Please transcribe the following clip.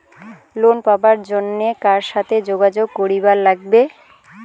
Loan পাবার জন্যে কার সাথে যোগাযোগ করিবার লাগবে?